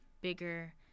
bigger